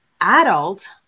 adult